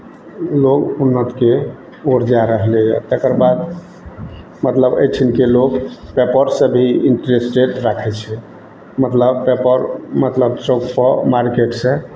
लोक उन्नतिके ओर जा रहलैए तकर बाद मतलब एहिठिनके लोक पेपरसँ भी इन्टरेस्टेड राखै छै मतलब पेपर मतलब चौकपर मार्केटसँ